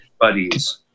buddies